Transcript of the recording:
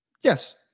Yes